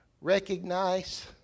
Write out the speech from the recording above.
Recognize